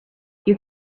you